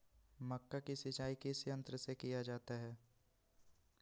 मक्का की सिंचाई किस यंत्र से किया जाता है?